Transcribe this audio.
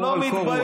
הוא לא מתבייש.